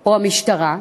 או המשטרה,